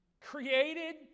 created